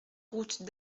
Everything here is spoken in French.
route